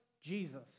Jesus